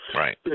right